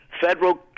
Federal